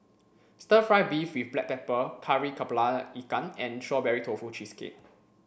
stir fry beef with black pepper Kari Kepala Ikan and strawberry tofu cheesecake